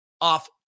off